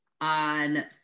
on